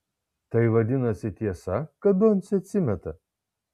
tai vadinasi tiesa kad doncė atsimeta